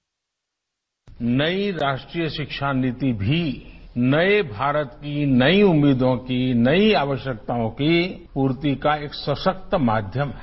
bite नई राष्ट्रीय शिक्षा नीति भी नये भारत की नई उम्मीदों की नई आवश्यकताओं की पूर्ति का एक सशक्त माध्यम है